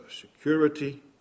security